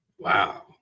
Wow